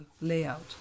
layout